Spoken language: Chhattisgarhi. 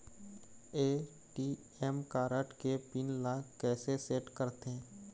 ए.टी.एम कारड के पिन ला कैसे सेट करथे?